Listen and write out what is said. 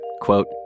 quote